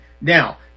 now